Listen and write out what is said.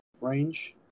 range